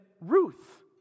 Ruth